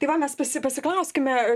tai va mes pasiklauskime